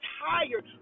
tired